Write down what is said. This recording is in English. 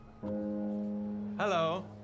Hello